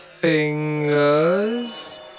fingers